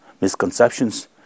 misconceptions